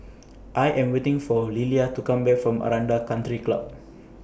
I Am waiting For Lillia to Come Back from Aranda Country Club